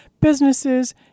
businesses